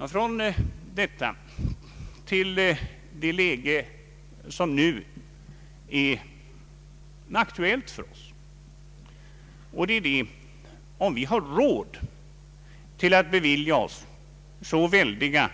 Efter att ha sagt detta övergår jag till det läge som nu är aktuellt. Frågan är om vi har råd att bevilja oss så väldiga